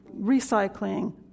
recycling